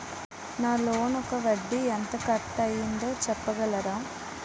నా లోన్ యెక్క వడ్డీ ఎంత కట్ అయిందో చెప్పగలరా?